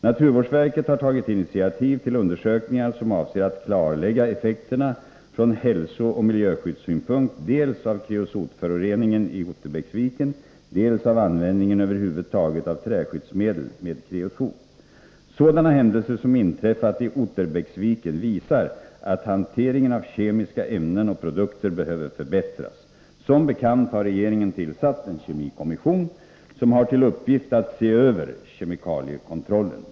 Naturvårdsverket har tagit initiativ till undersökningar som avser att klarlägga effekterna från hälsooch miljöskyddssynpunkt dels av kreosotföroreningen i Otterbäcksviken, dels av användningen över huvud taget av träskyddsmedel med kreosot. Sådana händelser som inträffat i Otterbäcksviken visar att hanteringen av kemiska ämnen och produkter behöver förbättras. Som bekant har regeringen tillsatt en kemikommission som har till uppgift att se över kemikaliekontrollen.